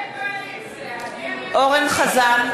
חזן,